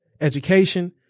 Education